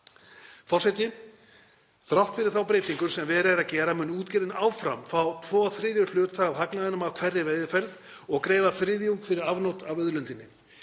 Þrátt fyrir þá breytingu sem verið er að gera mun útgerðin áfram fá tvo þriðju hluta af hagnaðinum af hverri veiðiferð og greiða þriðjung fyrir afnot af auðlindinni.